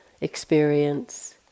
experience